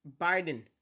Biden